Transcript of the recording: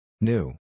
New